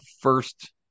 first